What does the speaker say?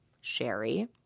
sherry